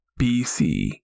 BC